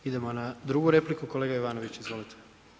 Idemo na drugu repliku, kolega Jovanović, izvolite.